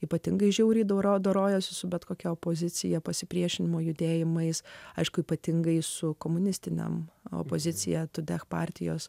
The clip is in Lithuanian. ypatingai žiauriai dorojo dorojosi su bet kokia opozicija pasipriešinimo judėjimais aišku ypatingai su komunistiniam opozicija todėl partijos